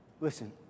Listen